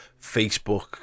Facebook